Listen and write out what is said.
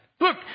Look